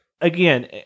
again